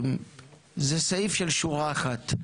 זה סעיף של שורה אחת,